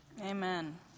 Amen